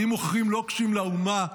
כי אם מוכרים לוקשים לאומה,